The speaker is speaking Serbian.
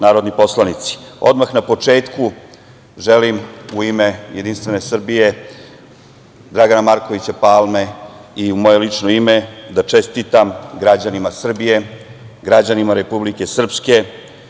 narodni poslanici, odmah na početku želim u ime Jedinstvene Srbije Dragana Markovića Palme i u moje lično ime da čestitam građanima Srbije, građanima Republike Srpske,